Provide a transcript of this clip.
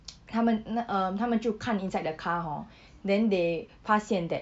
他们那 uh 他们就看 inside the car hor then they 发现 that